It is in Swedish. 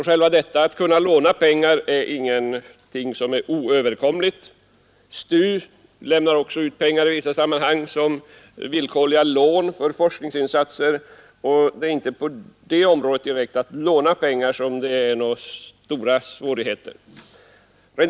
STU lämnar också i vissa sammanhang ut pengar som villkorliga lån för forskningsinsatser. När det gäller att låna pengar föreligger alltså inga stora svårigheter.